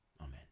Amen